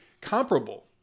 comparable